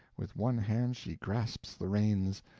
with one hand she grasps the reins,